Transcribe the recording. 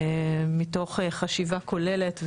מתוך חשיבה כוללת,